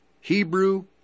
Hebrew